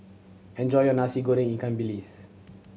enjoy your Nasi Goreng ikan bilis